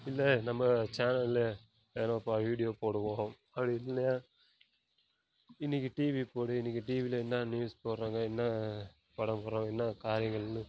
இல்லை நம்ம சேனலில் எதனா இப்போ வீடியோ போடுவோம் அப்படின்னு இன்றைக்கி டிவி போடு இன்றைக்கி டிவியில் என்ன நியூஸ் போடுறாங்க என்ன படம் போடுறாங்க என்ன காரியங்கள்னு